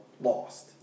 Lost